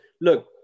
look